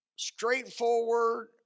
straightforward